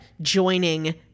joining